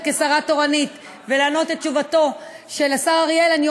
כשרה תורנית ולענות את תשובתו של השר אריאל.